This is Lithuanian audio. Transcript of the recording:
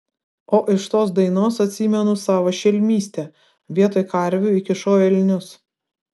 o iš tos dainos atsimenu savo šelmystę vietoj karvių įkišau elnius